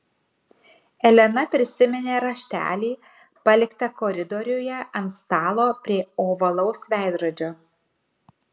elena prisiminė raštelį paliktą koridoriuje ant stalo prie ovalaus veidrodžio